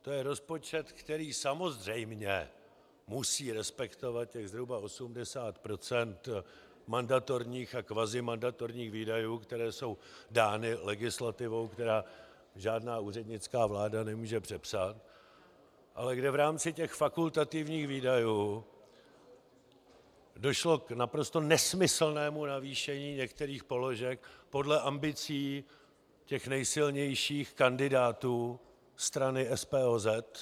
To je rozpočet, který samozřejmě musí respektovat těch zhruba 80 % mandatorních a kvazimandatorních výdajů, které jsou dány legislativou, kterou žádná úřednická vláda nemůže přepsat, ale kde v rámci fakultativních výdajů došlo k naprosto nesmyslnému navýšení některých položek podle ambicí těch nejsilnějších kandidátů strany SPOZ.